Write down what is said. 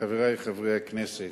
חברי חברי הכנסת,